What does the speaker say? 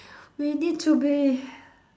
we need to be